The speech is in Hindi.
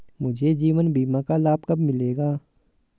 मुझे जीवन बीमा का लाभ कब मिलेगा?